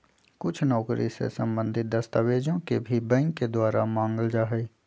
कुछ नौकरी से सम्बन्धित दस्तावेजों के भी बैंक के द्वारा मांगल जा हई